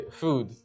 food